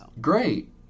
great